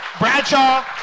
Bradshaw